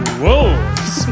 wolves